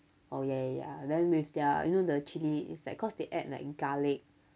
oh ya ya ya then with their you know the chilli is like cause they add like garlic